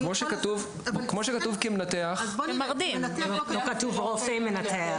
לא כתוב "רופא מנתח".